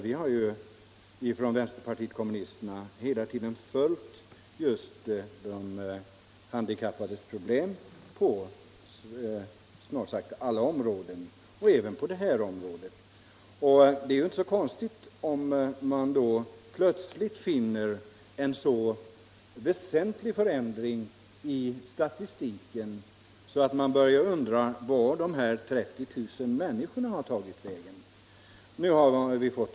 Vi inom vänsterpartiet kommunisterna har ju hela tiden följt just de handikappades problem på snart sagt alla områden och även på det här området. Det är ju inte så konstigt om man börjar undra vart de här 30 000 människorna har tagit vägen, när man finner en så väsentlig förändring i statistiken.